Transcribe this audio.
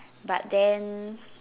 but then